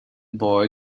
boy